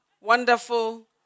wonderful